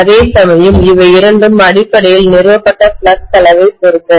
அதேசமயம் இவை இரண்டும் அடிப்படையில் நிறுவப்பட்ட ஃப்ளக்ஸ் அளவைப் பொறுத்தது